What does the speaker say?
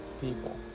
people